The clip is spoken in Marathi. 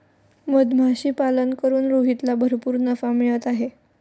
मधमाशीपालन करून रोहितला भरपूर नफा मिळत आहे